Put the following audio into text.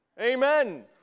Amen